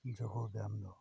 ᱡᱳᱜᱚ ᱵᱮᱭᱟᱢ ᱫᱚ